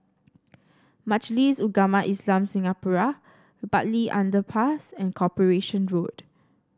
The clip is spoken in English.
Majlis Ugama Islam Singapura Bartley Underpass and Corporation Road